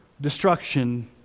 destruction